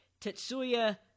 Tetsuya